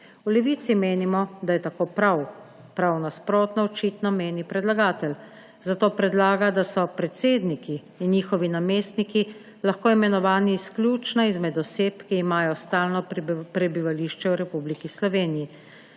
V Levici menimo, da je tako prav. Prav nasprotno očitno meni predlagatelj, zato predlaga, da so predsedniki in njihovi namestniki lahko imenovani izključno izmed oseb, ki imajo stalno prebivališče v Republiki Sloveniji.